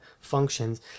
functions